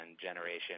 generation